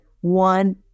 one